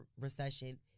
recession